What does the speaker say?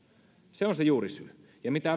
se on se juurisyy ja mitä